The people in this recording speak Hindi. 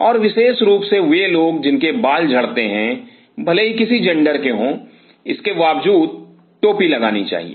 और विशेष रूप से वे लोग जिनके बाल झड़ते हैं भले ही किसी जेंडर के हो इसके के बावजूद टोपी लगानी चाहिए